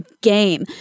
game